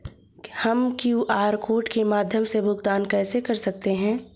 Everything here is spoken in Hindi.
हम क्यू.आर कोड के माध्यम से भुगतान कैसे कर सकते हैं?